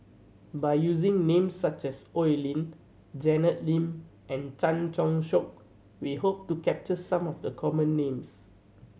by using names such as Oi Lin Janet Lim and Chan Choy Siong we hope to capture some of the common names